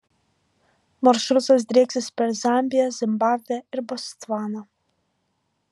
maršrutas drieksis per zambiją zimbabvę ir botsvaną